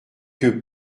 que